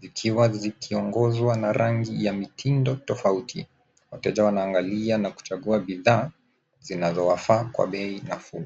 ikiwa zikiongozwa na rangi ya mitindo tofauti. Wateja wanaangalia na kuchagua bidhaa zinazo wafaa kwa bei nafuu.